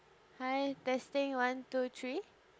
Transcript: hi testing one two three